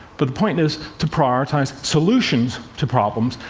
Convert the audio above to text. but the point is to prioritize solutions to problems.